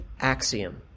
axiom